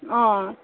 अँ